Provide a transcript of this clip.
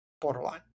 borderline